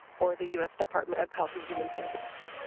or the us department of health and human services.